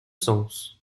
sens